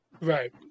Right